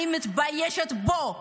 אני מתביישת בו.